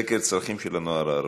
סקר צרכים של הנוער הערבי.